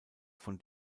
von